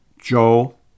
Joel